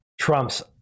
Trump's